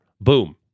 Boom